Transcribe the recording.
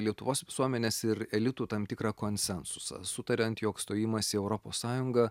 lietuvos visuomenės ir elitų tam tikrą konsensusą sutariant jog stojimas į europos sąjungą